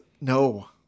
No